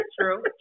True